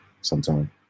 sometime